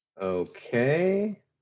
Okay